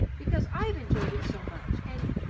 because i've enjoyed it so much, and,